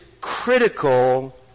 critical